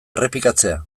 errepikatzea